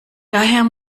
daher